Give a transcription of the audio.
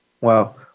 wow